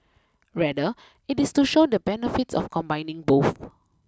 rather it is to show the benefits of combining both